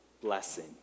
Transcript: blessing